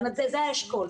זה האשכול.